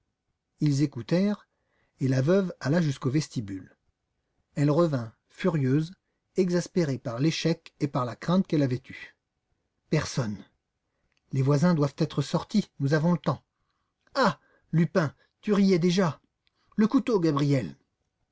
ils écoutèrent et la veuve alla jusqu'au vestibule elle revint furieuse exaspérée par l'échec et par la crainte qu'elle avait eue personne les voisins doivent être sortis nous avons le temps ah lupin tu rigolais déjà le couteau gabriel